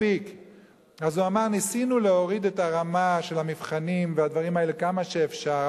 הוא אמר: ניסינו להוריד את הרמה של המבחנים והדברים האלה כמה שאפשר,